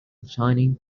shining